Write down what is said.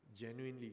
genuinely